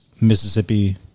Mississippi